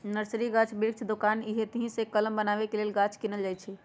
nursery गाछ वृक्ष के दोकान हइ एतहीसे कलम लगाबे लेल गाछ किनल जाइ छइ